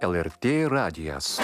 lrt radijas